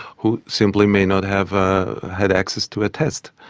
who simply may not have ah had access to a test,